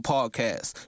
Podcast